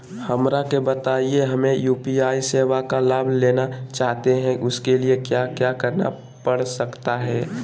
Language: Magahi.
हमरा के बताइए हमें यू.पी.आई सेवा का लाभ लेना चाहते हैं उसके लिए क्या क्या करना पड़ सकता है?